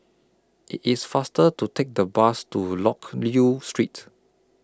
IT IS faster to Take The Bus to Loke Yew Streets